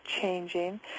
changing